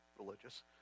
religious